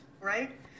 right